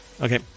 okay